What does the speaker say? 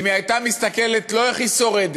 אם היא הייתה מסתכלת לא איך היא שורדת,